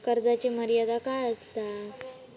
कर्जाची मर्यादा काय असता?